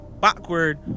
backward